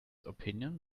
opinion